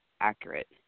accurate